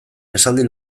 esaldi